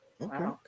okay